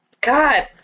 God